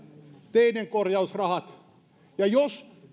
teiden korjausrahat ja jos